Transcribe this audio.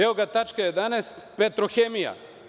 Evo i tačka 11) „Petrohemija“